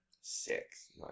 Six